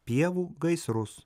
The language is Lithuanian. pievų gaisrus